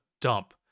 dump